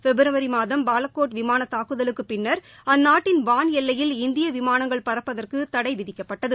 பிப்ரவரிமாதம் பாலக்கோட் விமானதாக்குதலுக்குப் பின்னர் அந்நாட்டின் வான் எல்லையில் இந்தியவிமானங்கள் பறப்பதற்குதடைவிதிக்கப்பட்டது